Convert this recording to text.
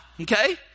okay